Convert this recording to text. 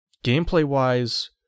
Gameplay-wise